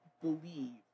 believe